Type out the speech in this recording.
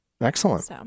Excellent